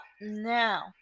now